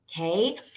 okay